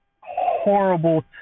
horrible